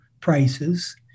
prices